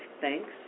thanks